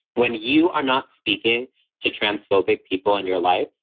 when you are not speaking to transphobic people in your life.